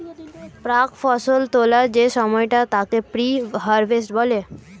প্রাক্ ফসল তোলার যে সময়টা তাকে প্রি হারভেস্ট বলে